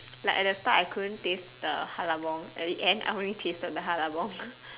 like at the start I couldn't taste the hallabong at the end I only tasted the hallabong